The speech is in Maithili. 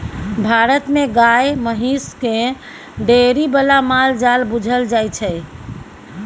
भारत मे गाए महिष केँ डेयरी बला माल जाल बुझल जाइ छै